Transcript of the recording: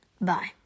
Bye